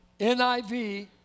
NIV